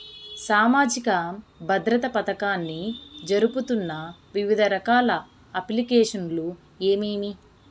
సామాజిక భద్రత పథకాన్ని జరుపుతున్న వివిధ రకాల అప్లికేషన్లు ఏమేమి?